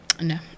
No